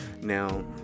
Now